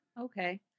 Okay